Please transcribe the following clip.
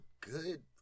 good